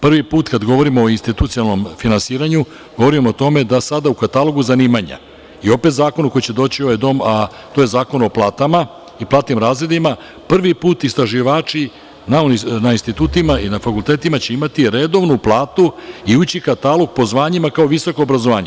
Prvi put, kada govorimo o institucionalnom finansiranju, govorimo o tome da sada u katalogu zanimanja i opet zakonu koji će doći u ovaj dom, a to je Zakon o platama i platnim razredima, prvi put istraživači na institutima i na fakultetima će imati redovnu platu i ući u katalog po zvanjima kao visoko obrazovanje.